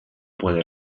puede